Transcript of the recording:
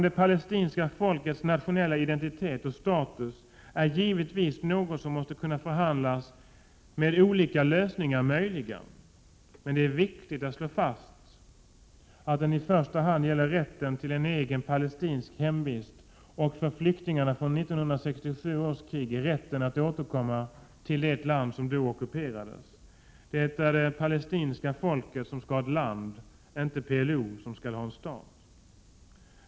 Det palestinska folkets nationella identitet och status är givetvis något som man måste kunna förhandla om, med olika lösningar möjliga, men det är viktigt att slå fast att det i första hand gäller rätten till en egen palestinsk hemvist och för flyktingarna från 1967 års krig rätten att återkomma till det land som då ockuperades. Det är det palestinska folket som skall ha ett land, inte PLO som skall ha en stat.